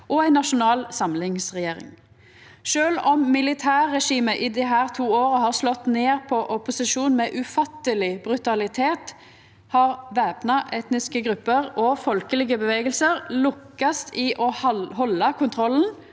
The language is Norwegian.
og ei nasjonal samlingsregjering. Sjølv om militærregimet i desse to åra har slått ned på opposisjonen med ufatteleg brutalitet, har væpna etniske grupper og folkelege bevegelsar lukkast i å halda kontrollen